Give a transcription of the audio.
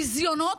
ביזיונות,